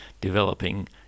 developing